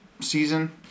season